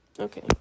Okay